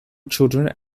children